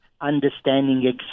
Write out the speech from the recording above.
understanding